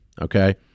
Okay